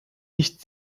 nicht